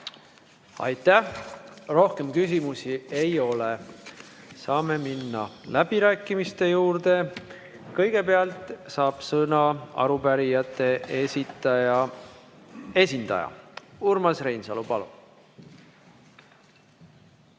Aitäh! Rohkem küsimusi ei ole. Saame minna läbirääkimiste juurde. Kõigepealt saab sõna arupärijate esitaja esindaja. Urmas Reinsalu, palun!